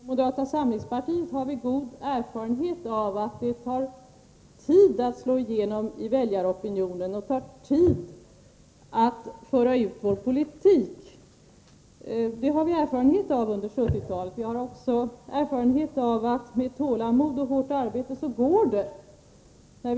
Herr talman! I moderata samlingspartiet har vi god erfarenhet från 1970-talet av att det tar tid att slå igenom i väljaropinionen och att föra ut vår politik. Vi har också erfarenhet av att med tålamod och hårt arbete går det.